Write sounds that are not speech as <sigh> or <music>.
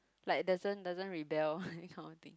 like doesn't doesn't rebel <laughs> that kind of thing